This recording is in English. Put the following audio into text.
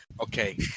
Okay